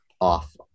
off